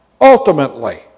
ultimately